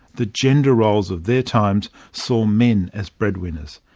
the gender roles of their times saw men as breadwinners.